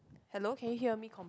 hello can you hear me computer